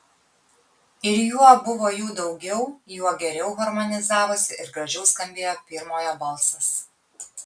ir juo buvo jų daugiau juo geriau harmonizavosi ir gražiau skambėjo pirmojo balsas